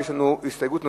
יש לנו הסתייגות נוספת,